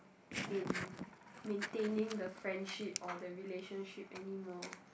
in maintaining the friendship or the relationship anymore